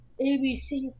ABC